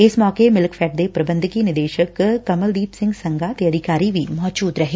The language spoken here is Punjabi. ਇਸ ਮੌਕੇ ਮਿਲਕਫੈਡ ਦੇ ਪੁਬੰਧਕੀ ਨਿਦੇਸ਼ਕ ਕਮਲਦੀਪ ਸਿੰਘ ਸੰਘਾ ਤੇ ਅਧਿਕਾਰੀ ਵੀ ਮੌਜੁਦ ਰਹੇ